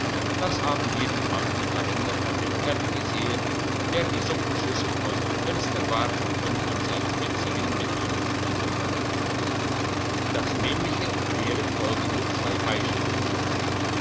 das haben wir im alten kalender an dem herrn gesehen der die suppenschüssel aus dem fenster warf und an seinem witzigen bedienten das nämliche lehren folgende zwei beispiele